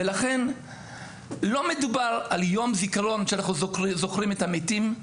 לכן לא מדובר על יום זיכרון שאנחנו זוכרים את המתים.